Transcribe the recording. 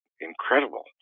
incredible